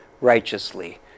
righteously